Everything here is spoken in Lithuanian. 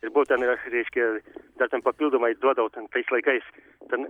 ir buvau ten ir aš reiškia ir dar ten papildomai duodavo ten tais laikais ten